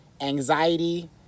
anxiety